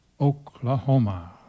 Oklahoma